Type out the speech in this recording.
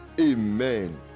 amen